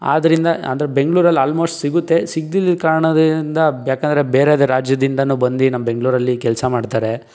ಆದ್ರಿಂದ ಅಂದರೆ ಬೆಂಗಳೂರಲ್ಲಿ ಆಲ್ಮೋಸ್ಟ್ ಸಿಗುತ್ತೆ ಸಿಗ್ದಿಲಿಲ್ ಕಾರಣದಿಂದ ಯಾಕೆಂದ್ರೆ ಬೇರೆ ರಾಜ್ಯದಿಂದಲೂ ಬಂದು ನಮ್ಮ ಬೆಂಗಳೂರಲ್ಲಿ ಕೆಲಸ ಮಾಡ್ತಾರೆ